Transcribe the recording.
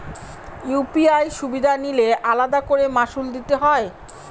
UPI সুবিধা নিলে আলাদা করে মাসুল দিতে হয়?